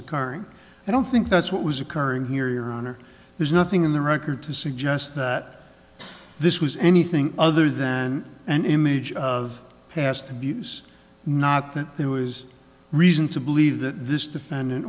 occurring i don't think that's what was occurring here your honor there's nothing in the record to suggest that this was anything other than an image of past abuse not that there was reason to believe that this defendant